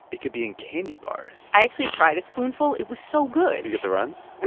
it could be in candy bars i actually tried a spoonful. it was so good get the runs? and